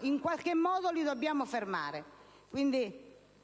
In qualche modo li dobbiamo fermare.